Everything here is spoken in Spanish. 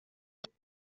azul